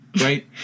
right